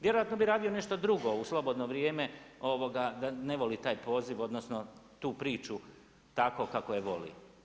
Vjerojatno bi radio nešto drugo u slobodno vrijeme da ne voli taj poziv odnosno tu priču tako kako je voli.